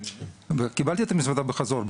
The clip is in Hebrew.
קיבלתי את המזוודה בחזור,